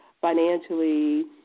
financially